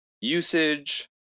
usage